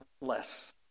less